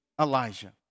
Elijah